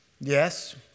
Yes